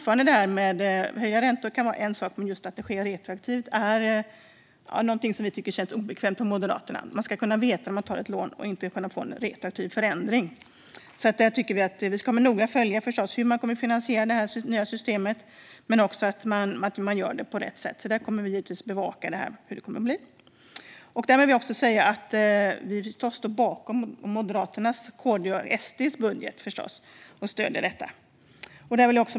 Att höja räntor kan vara en sak, men att det sker retroaktivt är någonting som vi från Moderaterna tycker känns obekvämt. Man ska kunna veta vad som gäller när man tar ett lån och inte kunna få en retroaktiv förändring. Vi kommer noga att följa hur man kommer att finansiera detta nya system samt att man gör det på rätt sätt. Vi kommer givetvis att bevaka hur det här blir. Vi står förstås bakom Moderaternas, KD:s och SD:s budget.